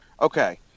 Okay